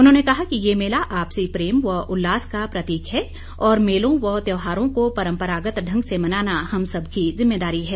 उन्होंने कहा कि ये मेला आपसी प्रेम व उल्लास का प्रतीक है और मेलों व त्यौहारों को परम्परागत ढंग से मनाना हम सभी की जिम्मेदारी है